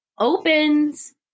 Opens